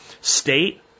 State